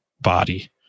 body